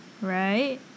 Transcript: right